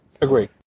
agree